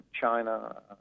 China